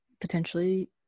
potentially